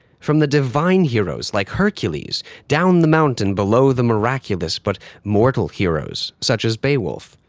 from the divine heroes like hercules, down the mountain below the miraculous but mortal heroes such as beowulf,